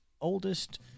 oldest